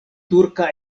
turka